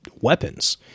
weapons